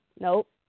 Nope